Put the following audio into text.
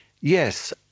Yes